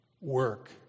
work